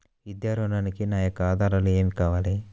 విద్యా ఋణంకి నా యొక్క ఆధారాలు ఏమి కావాలి?